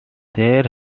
there